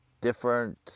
different